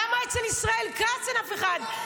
למה אצל ישראל כץ אין אף אחד?